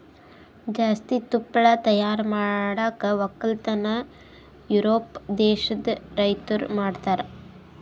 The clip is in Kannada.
ಜಾಸ್ತಿ ತುಪ್ಪಳ ತೈಯಾರ್ ಮಾಡ್ ಒಕ್ಕಲತನ ಯೂರೋಪ್ ದೇಶದ್ ರೈತುರ್ ಮಾಡ್ತಾರ